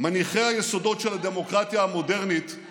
מניחי היסודות של הדמוקרטיה המודרנית הוא